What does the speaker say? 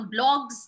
blogs